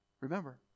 remember